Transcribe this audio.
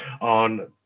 on